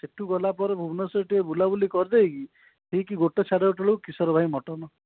ସେଇଠୁ ଗଲା ପରେ ଭୁବନେଶ୍ୱର ଟିକିଏ ବୁଲାବୁଲି କରିଦେଇକି ଠିକ୍ ଗୋଟେ ସାଢେ ଗୋଟେ ବେଳକୁ କିଶୋର ଭାଇ ମଟନ୍